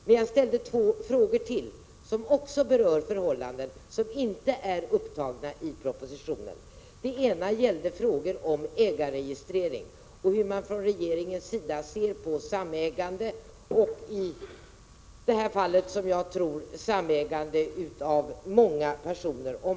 Men jag ställde två frågor till, som också berör förhållanden som inte tas — Prot. 1986/87:136 uppi propositionen. Den ena frågan gällde ägarregistrering och hur man från — 4 juni 1987 regeringens sida ser på samägande — och i det här fallet samägande där många SRA ä NA 5 Lag om fritidsbåtspersoner deltar.